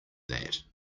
that